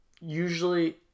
usually